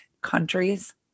countries